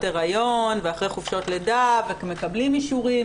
הריון ואחרי חופשות לידה ומקבלים אישורים.